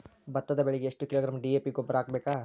ಭತ್ತದ ಬೆಳಿಗೆ ಎಷ್ಟ ಕಿಲೋಗ್ರಾಂ ಡಿ.ಎ.ಪಿ ಗೊಬ್ಬರ ಹಾಕ್ಬೇಕ?